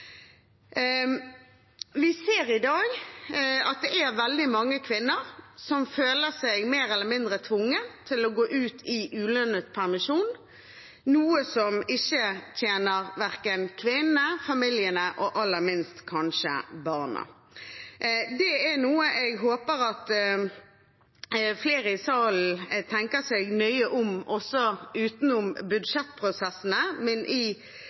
Vi ser i dag at veldig mange kvinner føler seg mer eller mindre tvunget til å gå ut i ulønnet permisjon, noe som tjener verken kvinnene, familiene eller – kanskje aller minst – barna. Jeg håper at flere i salen tenker seg nøye om, også utenom budsjettprosessene, når vi i